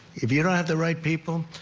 if you don't have the right people,